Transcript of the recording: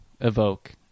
evoke